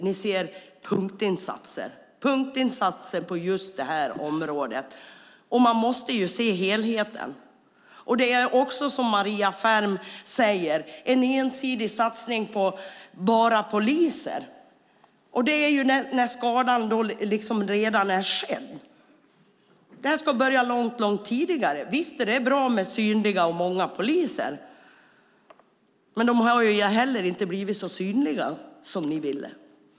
Ni ser punktinsatser på just detta område. Men man måste se helheten. Som Maria Ferm sade är det en ensidig satsning på bara poliser. Men de kommer in när skadan redan är skedd. Men detta arbete måste börja långt tidigare. Visst är det bra med synliga och många poliser. Men de har inte heller blivit så synliga som ni ville.